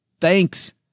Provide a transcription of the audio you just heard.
thanks